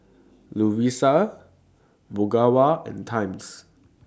Lovisa Ogawa and Times